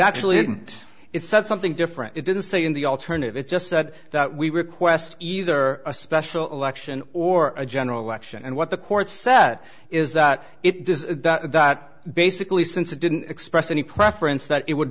actually didn't it said something different it didn't say in the alternative it just said that we request either a special election or a general election and what the court said is that it does that basically since it didn't express any preference that it would